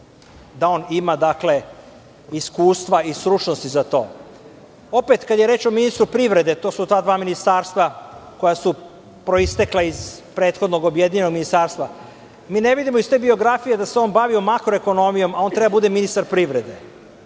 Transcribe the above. da on ima iskustva i stručnosti za to. Opet, kada je reč o ministru privrede, to su ta dva ministarstva koja su proistekla iz prethodnog objedinjenog ministarstva, mi ne vidimo iz te biografije da se on bavio makro ekonomijom, a on treba da bude ministar privrede.